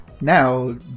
now